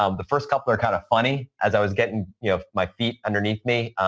um the first couple are kind of funny, as i was getting you know my feet underneath me,